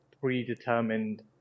predetermined